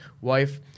wife